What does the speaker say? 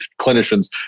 clinicians